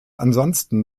ansonsten